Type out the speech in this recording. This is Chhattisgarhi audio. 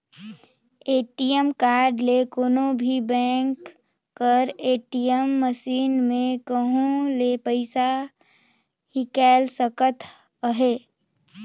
ए.टी.एम कारड ले कोनो भी बेंक कर ए.टी.एम मसीन में कहों ले पइसा हिंकाएल सकत अहे